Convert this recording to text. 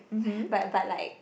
but but like